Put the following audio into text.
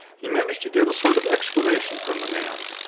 he managed to get a sort of explanation from the man.